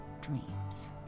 dreams